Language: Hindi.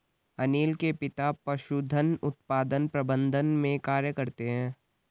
अनील के पिता पशुधन उत्पादन प्रबंधन में कार्य करते है